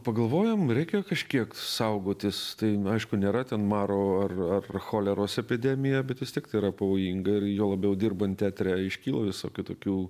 pagalvojam reikia kažkiek saugotis tai aišku nėra ten maro ar ar choleros epidemija bet vis tiktai yra pavojinga ir juo labiau dirbant teatre iškyla visokių tokių